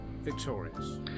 victorious